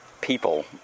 people